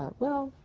well,